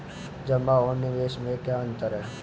जमा और निवेश में क्या अंतर है?